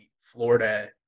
Florida